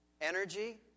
Energy